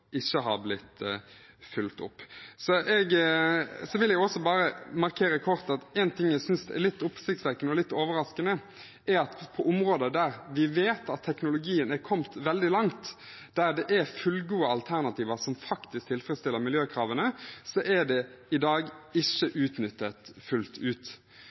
ikke har blitt fulgt opp. Jeg vil også bare markere kort at en ting jeg synes er litt oppsiktsvekkende og litt overraskende, er at på områder der vi vet at teknologien er kommet veldig langt, der det er fullgode alternativer som faktisk tilfredsstiller miljøkravene, er det i dag ikke utnyttet fullt ut.